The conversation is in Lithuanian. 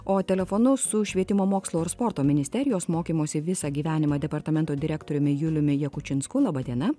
o telefonu su švietimo mokslo ir sporto ministerijos mokymosi visą gyvenimą departamento direktoriumi juliumi jakučinsku laba diena